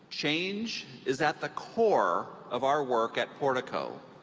change is at the core of our work at portico.